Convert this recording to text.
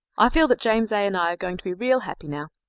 i feel that james a. and i are going to be real happy now.